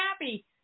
happy